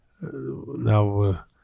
now